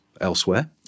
elsewhere